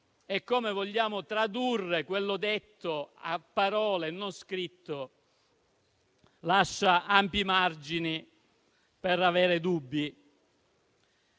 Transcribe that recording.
e come vogliamo tradurre quanto detto a parole e non scritto, rimangono ampi margini per avere dubbi.